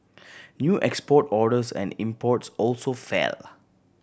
new export orders and imports also fell